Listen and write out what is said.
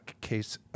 Case